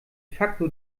facto